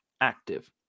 active